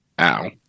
Ow